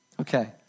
Okay